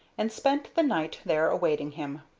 and spent the night there awaiting him.